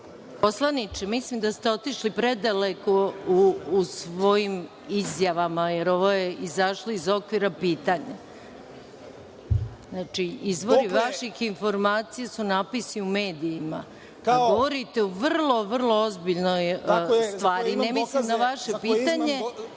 Poslaniče, mislim da ste otišli predaleko u svojim izjavama, jer ovo je izašlo iz okvira pitanja. Izvori vaših informacija su natpisi u medijima, a govorite o vrlo, vrlo ozbiljnoj stvari. Ne mislim na vaše pitanje…